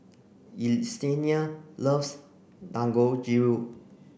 Yesenia loves Dangojiru